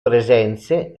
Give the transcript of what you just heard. presenze